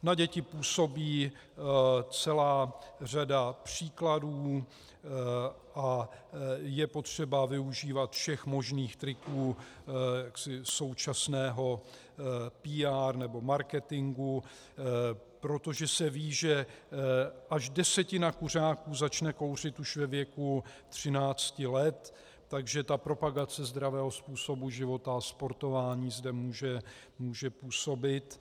Na děti působí celá řada příkladů a je potřeba využívat všech možných triků současného PR nebo marketingu, protože se ví, že až desetina kuřáků začne kouřit už ve věku 13 let, takže propagace zdravého způsobu života a sportování zde může působit.